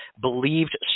believed